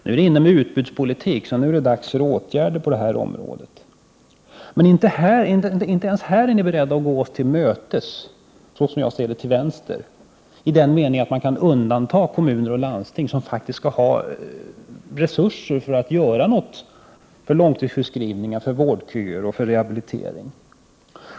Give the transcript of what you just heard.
Nu är det ”inne” med utbudspolitik, och nu är det dags för åtgärder på det här området. Men inte ens här är ni beredda att gå oss till mötes, såsom jag ser det, till vänster i den meningen att man undantar kommuner och landsting, som faktiskt behöver resurser för att kunna göra någonting åt långtidssjukskrivningarna, åt vårdköerna och för rehabiliteringen.